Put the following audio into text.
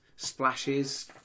splashes